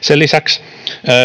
Sen lisäksi